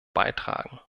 beitragen